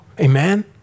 Amen